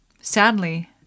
Sadly